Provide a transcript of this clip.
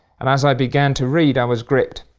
and as i began to read i was gripped.